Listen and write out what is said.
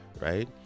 Right